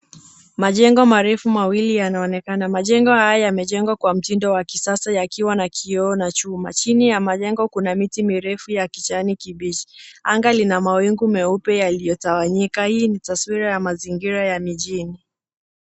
Majengo marefu mawili yanaonekana. Majengo haya yamejengwa kwa mtindo wa kisasa yakiwa na kioo na chuma. Chini ya majengo kuna miti mirefu ya kijani kibichi. Anga lina mawingu meupe yaliyotawanyika. Hii ni taswira ya mazingira ya mijini.